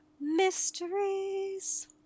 mysteries